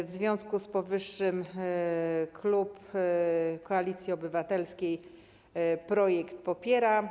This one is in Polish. W związku z powyższym klub Koalicji Obywatelskiej projekt popiera.